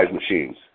machines